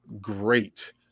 great